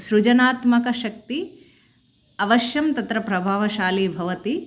सृजनात्मकशक्तिः अवश्यं तत्र प्रभावशालिनी भवति